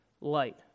light